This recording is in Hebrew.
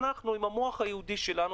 עם המוח היהודי שלנו,